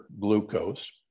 glucose